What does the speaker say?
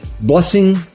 blessing